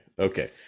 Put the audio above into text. Okay